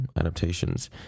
adaptations